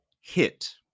hit